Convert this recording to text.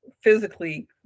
physically